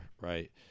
right